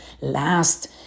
last